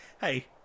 Hey